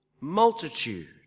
multitude